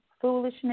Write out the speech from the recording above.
foolishness